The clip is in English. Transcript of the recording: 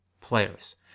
players